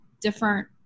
different